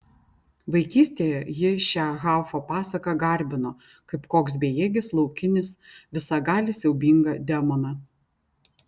vaikystėje ji šią haufo pasaką garbino kaip koks bejėgis laukinis visagalį siaubingą demoną